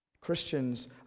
Christians